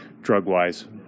drug-wise